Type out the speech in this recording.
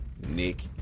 Nick